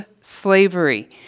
slavery